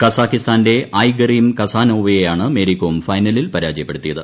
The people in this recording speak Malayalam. കസാഖിസ്ഥാന്റെ ഐഗെറിം കസ്സാനായേവയേയാണ് മേരികോം ഫൈനലിൽ പരാജയപ്പെടുത്തിയത്